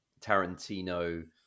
Tarantino